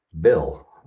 Bill